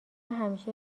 همیشه